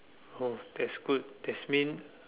oh that's good that's mean